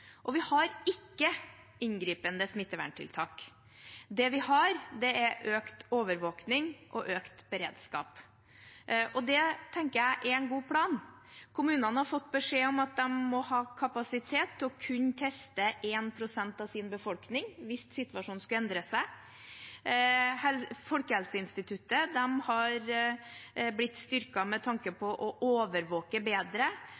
Vi har ikke inngripende smitteverntiltak. Det vi har, er økt overvåkning og økt beredskap. Det tenker jeg er en god plan. Kommunene har fått beskjed om at de må ha kapasitet til å kunne teste 1 pst. av sin befolkning hvis situasjonen skulle endre seg. Folkehelseinstituttet har blitt styrket med tanke på å overvåke bedre.